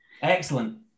Excellent